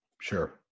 Sure